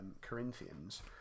Corinthians